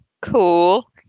Cool